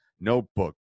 notebook